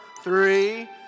three